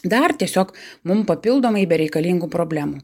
dar tiesiog mum papildomai bereikalingų problemų